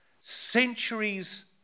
centuries